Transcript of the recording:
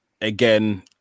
again